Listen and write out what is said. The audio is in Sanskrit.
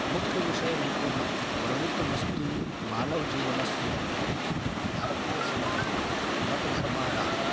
मुख्यविषयरूपेण वर्णितमस्ति मानवजीवनस्य भारतीयसमाजे मतधर्माणां